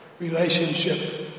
relationship